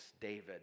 David